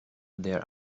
their